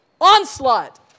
onslaught